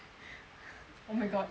oh my god yi ting live in